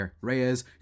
reyes